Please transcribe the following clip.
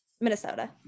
Minnesota